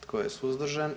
Tko je suzdržan?